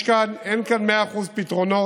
אין כאן מאה אחוז פתרונות,